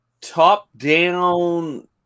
top-down